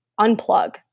unplug